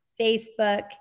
Facebook